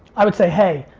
i would say hey,